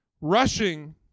rushing